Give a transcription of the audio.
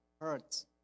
hurts